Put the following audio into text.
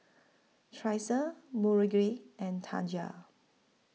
Tressa Marguerite and Tanja